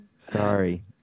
Sorry